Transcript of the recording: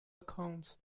accounts